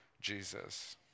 Jesus